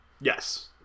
Yes